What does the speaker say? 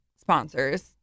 sponsors